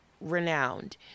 renowned